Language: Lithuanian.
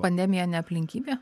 pandemija ne aplinkybė